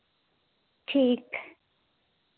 ठीक